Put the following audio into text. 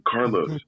Carlos